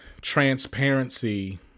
transparency